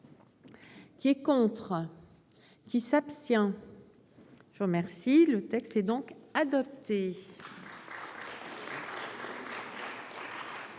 Qui est contre. Qui s'abstient. Je vous remercie. Le texte est donc adopté. Mes chers